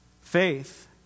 Faith